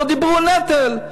לא דיברו על נטל,